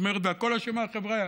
ואומר: בכול אשמה החבריא,